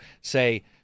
say